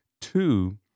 Two